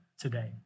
today